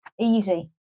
easy